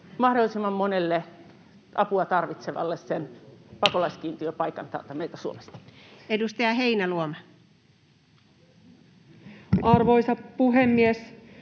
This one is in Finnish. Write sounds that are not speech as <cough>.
mahdollisimman monelle apua tarvitsevalle <noise> sen pakolaiskiintiöpaikan täältä meiltä Suomesta. Edustaja Heinäluoma. Arvoisa puhemies!